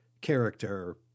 character